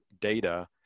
data